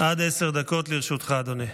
עד עשר דקות לרשותך, אדוני.